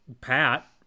Pat